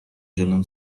جلوم